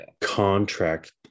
contract